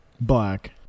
black